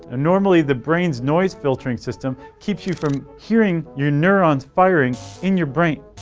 ah normally, the brain's noise filtering system keeps you from hearing your neurons firing in your brain.